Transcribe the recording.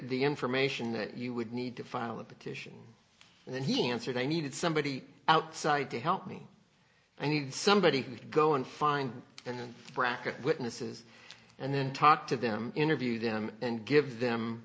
the information that you would need to file a petition and he answered i needed somebody outside to help me i need somebody who could go and find and bracket witnesses and then talk to them interview them and give them